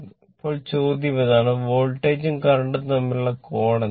ഇപ്പോൾ ചോദ്യം ഇതാണ് വോൾട്ടേജും കറന്റും തമ്മിലുള്ള കോൺ എന്താണ്